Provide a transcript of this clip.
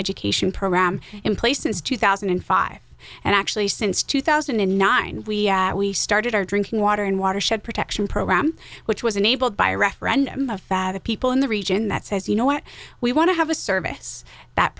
education program in place since two thousand and five and actually since two thousand and nine we started our drinking water and watershed protection program which was enabled by referendum of fat people in the region that says you know what we want to have a service that